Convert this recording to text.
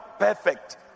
perfect